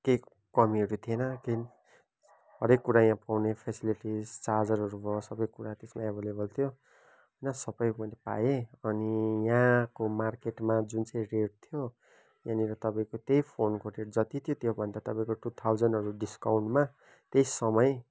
केही कमीहरू थिएन त्यही हरेक कुरा यहाँ पाउने फेसिलिटिज चार्जरहरू भयो सबै कुरा त्यसैमा एभाइलेबल थियो होइन सबै मैले पाएँ अनि यहाँको मार्केटमा जुन चाहिँ रेट थियो त्यहाँनिर तपाईँको त्यही फोनको रेट जति थियो त्योभन्दा तपाईँको टु थाउजन्डहरू डिस्काउन्टमा त्यही समय